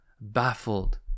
baffled